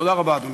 תודה רבה, אדוני.